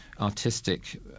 artistic